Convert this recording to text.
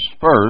first